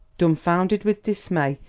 dumfounded with dismay,